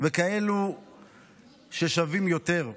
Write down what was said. וכאלה ששווים יותר.